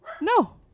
No